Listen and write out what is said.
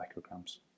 micrograms